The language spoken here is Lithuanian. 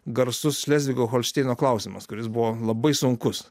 garsus šlezvigo holšteino klausimas kuris buvo labai sunkus